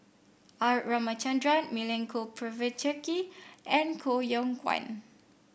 R Ramachandran Milenko Prvacki and Koh Yong Guan